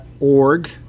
Org